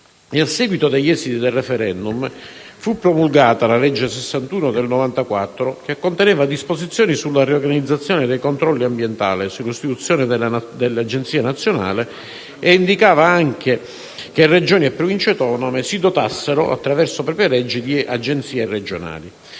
A seguito degli esiti del *referendum*, fu promulgata la legge n. 61 del 1994, che conteneva disposizioni sulla riorganizzazione dei controlli ambientali, sull'istituzione dell'Agenzia nazionale e indicava anche che Regioni e Province autonome si dotassero, attraverso proprie leggi, di Agenzie regionali.